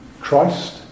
Christ